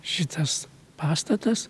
šitas pastatas